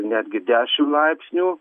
netgi dešimt laipsnių